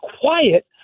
quiet